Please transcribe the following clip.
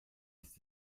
ist